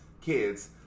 kids